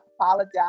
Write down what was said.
apologize